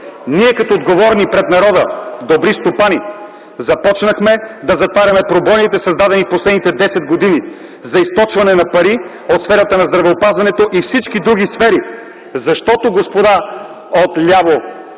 Ние като отговорни пред народа добри стопани започнахме да затваряме пробойните, създадени последните десет години за източване на пари от сферата на здравеопазването и всички други сфери, защото, господа отляво,